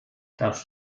das